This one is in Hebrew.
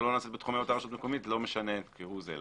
לא נעשית בתחומי אותה רשות מקומית לא משנה כהוא זה.